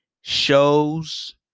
shows